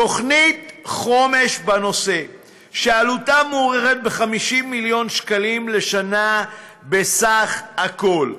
תוכנית חומש בנושא שעלותה מוערכת ב-50 מיליון שקלים לשנה בסך הכול.